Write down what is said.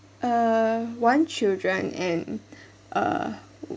uh one children and uh